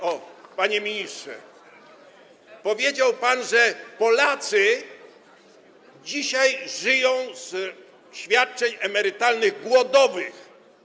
O, panie ministrze, powiedział pan, że Polacy dzisiaj żyją ze świadczeń emerytalnych głodowych.